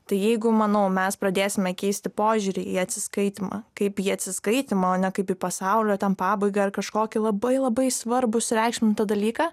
tai jeigu manau mes pradėsime keisti požiūrį į atsiskaitymą kaip į atsiskaitymą o ne kaip į pasaulio ten pabaigą kažkokį labai labai svarbu sureikšmintą dalyką